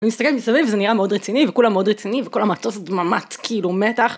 אני מסתכלת מסביב, זה נראה מאוד רציני, וכולה מאוד רציני, וכל המטוס ממש כאילו מתח.